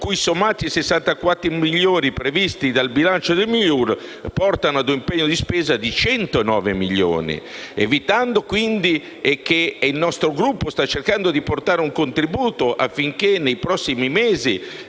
che, sommato ai 64 milioni previsti dal bilancio del MIUR, portano a un impegno di spesa di 109 milioni. Il nostro Gruppo sta cercando di portare un contributo affinché, nei prossimi mesi,